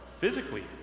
physically